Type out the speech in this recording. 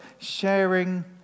sharing